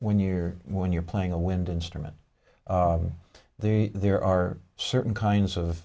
when you're when you're playing a wind instrument the there are certain kinds of